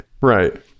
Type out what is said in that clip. right